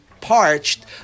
Parched